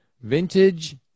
Vintage